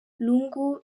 lungu